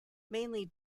mainly